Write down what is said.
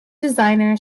designer